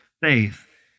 faith